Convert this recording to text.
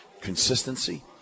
consistency